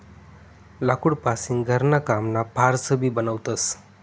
लाकूड पासीन घरणा कामना फार्स भी बनवतस